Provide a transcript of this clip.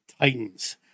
Titans